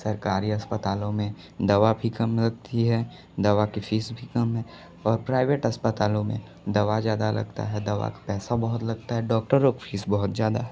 सरकारी अस्पतालों में दवा भी कम मिलती है दवा की फ़ीस भी कम है और प्राइवेट अस्पतालों में दवा ज़्यादा लगती है दवा को पैसा बहुत लगता है डॉक्टरों की फीस बहुत ज़्यादा है